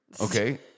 okay